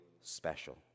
special